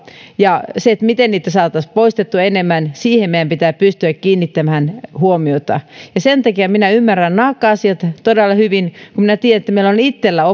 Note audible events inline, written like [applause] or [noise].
siihen miten niitä saataisiin poistettua enemmän meidän pitää pystyä kiinnittämään huomiota sen takia minä ymmärrän naakka asiat todella hyvin kun minä tiedän että meillä on itsellämme [unintelligible]